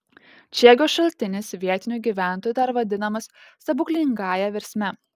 čiegio šaltinis vietinių gyventojų dar vadinamas stebuklingąja versme